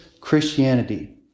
Christianity